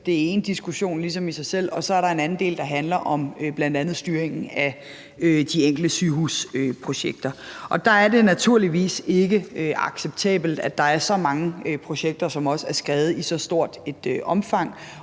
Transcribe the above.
ligesom én diskussion i sig selv – og så er der en anden del, der bl.a. handler om styringen af de enkelte sygehusprojekter. Det er naturligvis ikke acceptabelt, at der er så mange projekter, som er skredet i så stort et omfang.